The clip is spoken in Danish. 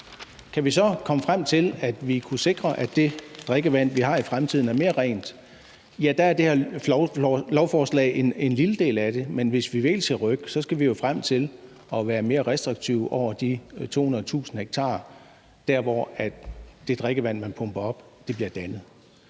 Kan vi så komme frem til, at vi kunne sikre, at det drikkevand, vi har i fremtiden, er mere rent? Der er det her lovforslag en lille del af det, men hvis vi virkelig skal rykke, skal vi jo frem til at være mere restriktive i forhold til de 200.000 ha, hvor det drikkevand, man pumper op, bliver dannet.